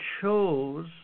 chose